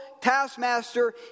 taskmaster